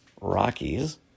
Rockies